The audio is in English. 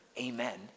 amen